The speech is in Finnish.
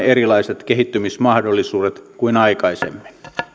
erilaiset kehittymismahdollisuudet kuin aikaisemmin